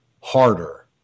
harder